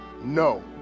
no